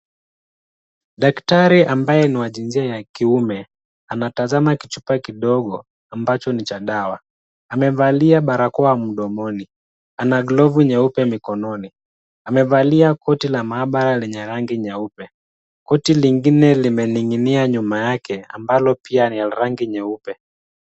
Daktari ambaye ni wa jinsia ya kiume anatazama kichupa kidogo ambacho ni cha dawa. Amevalia barakoa mdomoni. Ana glovu nyeupe mikononi. Amevalia koti la maabara lenye rangi nyeupe. Koti lingine limening'inia nyuma yake ambalo pia ni la rangi nyeupe.